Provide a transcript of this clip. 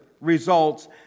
results